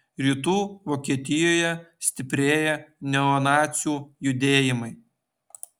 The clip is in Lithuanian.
rytų vokietijoje stiprėja neonacių judėjimai